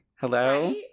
Hello